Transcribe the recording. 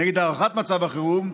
נגד הארכת מצב החירום,